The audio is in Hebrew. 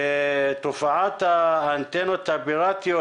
ותופעת האנטנות הפיראטיות,